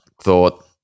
thought